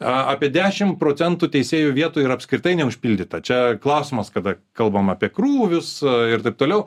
apie dešim procentų teisėjų vietų ir apskritai neužpildyta čia klausimas kada kalbam apie krūvius ir taip toliau